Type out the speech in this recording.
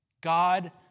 God